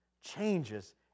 changes